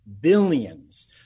billions